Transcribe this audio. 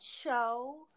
show